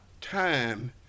Time